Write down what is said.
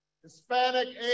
Hispanic